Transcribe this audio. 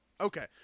Okay